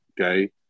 Okay